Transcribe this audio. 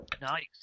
Nice